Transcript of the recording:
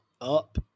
Up